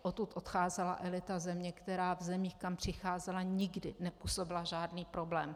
Odtud odcházela elita země, která v zemích, kam přicházela, nikdy nepůsobila žádný problém.